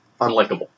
unlikable